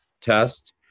test